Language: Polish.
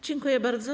Dziękuję bardzo.